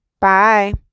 Bye